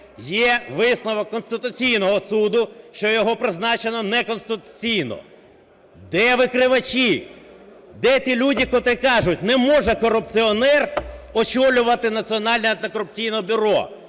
Є висновок Конституційного Суду, що його призначено неконституційно. Де викривачі? Де ті люди, котрі кажуть, не може корупціонер очолювати Національне антикорупційне бюро?